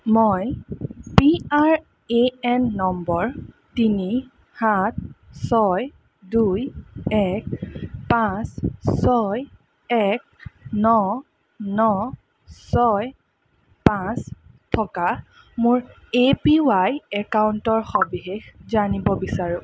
মই P R A N number তিনি সাত ছয় দুই এক পাঁচ ছয় এক ন ন ছয় পাঁচ থকা মোৰ এ পি ৱাই একাউণ্টৰ সবিশেষ জানিব বিচাৰোঁ